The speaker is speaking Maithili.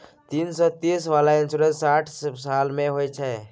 तीन सौ तीस वाला इन्सुरेंस साठ साल में होतै?